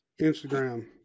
Instagram